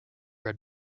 read